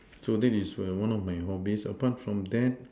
so that is one of my hobbies apart from that